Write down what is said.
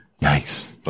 Nice